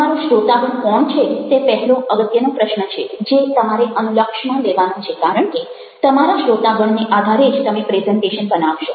તમારો શ્રોતાગણ કોણ છે તે પહેલો અગત્યનો પ્રશ્ન છે જે તમારે અનુલક્ષમાં લેવાનો છે કારણ કે તમારા શ્રોતાગણને આધારે જ તમે પ્રેઝન્ટેશન બનાવશો